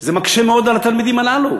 זה מקשה מאוד על התלמידים הללו,